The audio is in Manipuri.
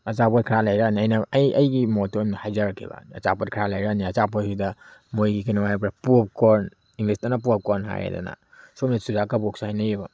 ꯑꯆꯥꯄꯣꯠ ꯈꯔ ꯂꯩꯔꯛꯂꯅꯤ ꯑꯩꯅ ꯑꯩ ꯑꯩꯒꯤ ꯃꯣꯠꯇ ꯑꯗꯨꯝ ꯍꯥꯏꯖꯔꯛꯀꯦꯕ ꯑꯆꯥꯄꯣꯠ ꯈꯔ ꯂꯩꯔꯛꯂꯅꯤ ꯑꯆꯥꯄꯣꯠꯁꯤꯗ ꯃꯣꯏꯒꯤ ꯀꯩꯅꯣ ꯍꯥꯏꯕ꯭ꯔꯥ ꯄꯣꯞ ꯀꯣꯔꯟ ꯏꯪꯂꯤꯁꯇꯅ ꯄꯣꯞ ꯀꯣꯔꯟ ꯍꯥꯏꯔꯦꯗꯅ ꯁꯣꯝꯗ ꯆꯨꯖꯥꯛ ꯀꯕꯣꯛꯁꯨ ꯍꯥꯏꯅꯩꯑꯕ